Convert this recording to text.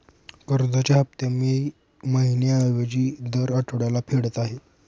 कर्जाचे हफ्ते मी महिन्या ऐवजी दर आठवड्याला फेडत आहे